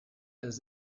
does